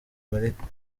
amerika